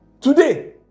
Today